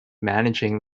managing